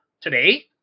today